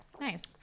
nice